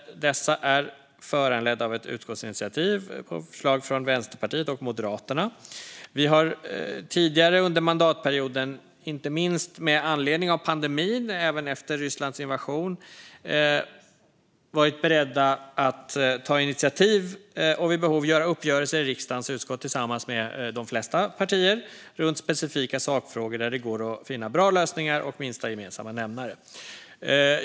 Dessa är föranledda av ett utskottsinitiativ på förslag från Vänsterpartiet och Moderaterna. Vi har tidigare under mandatperioden, inte minst med anledning av pandemin och även efter Rysslands invasion, varit beredda att ta initiativ och vid behov göra uppgörelser i riksdagens utskott tillsammans med de flesta partier om specifika sakfrågor där det går att finna bra lösningar och minsta gemensamma nämnare.